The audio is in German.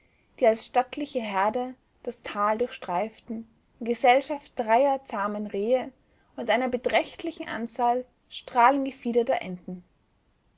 die als stattliche herde das tal durchstreiften in gesellschaft dreier zahmen rehe und einer beträchtlichen anzahl strahlendgefiederter enten